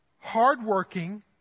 hardworking